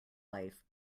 life